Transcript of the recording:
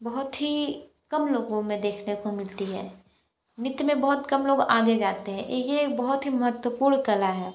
बहुत ही कम लोगो में देखने को मिलती है नृत्य में बहुत ही कम लोग आगे जाते हैं ये बहुत ही महत्त्वपूर्ण कला है